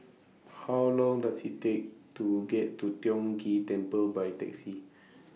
How Long Does IT Take to get to Tiong Ghee Temple By Taxi